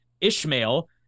Ishmael